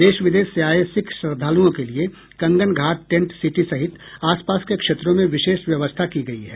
देश विदेश से आये सिख श्रद्धालुओं के लिए कंगन घाट टेंट सिटी सहित आस पास के क्षेत्रों में विशेष व्यवस्था की गयी है